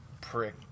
prick